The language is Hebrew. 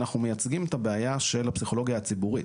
ואנחנו מייצגים את הבעיה של הפסיכולוגיה הציבורית.